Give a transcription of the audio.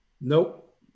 Nope